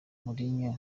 mourinho